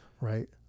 right